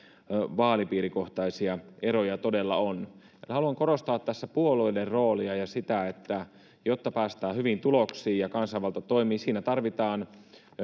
vaalipiirikohtaisia eroja todella on haluan korostaa tässä puolueiden roolia jotta päästään hyviin tuloksiin ja kansanvalta toimii tarvitaan